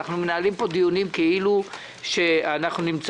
אנחנו מנהלים פה דיון כאילו אנחנו נמצאים